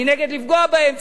אני נגד לפגוע בהם.